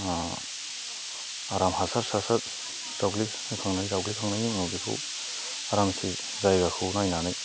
आराम हासार थासार होखांनानै जावग्लिखांनायनि उनाव बेखौ आरामसे जायगाखौ नायनानै